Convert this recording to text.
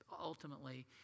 ultimately